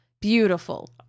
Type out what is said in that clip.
Beautiful